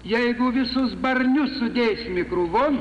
jeigu visus barnius sudėsimi krūvon